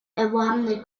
erworbene